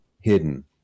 hidden